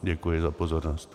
Děkuji za pozornost.